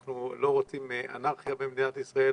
אנחנו לא רוצים אנרכיה במדינת ישראל,